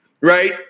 right